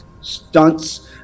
stunts